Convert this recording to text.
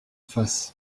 face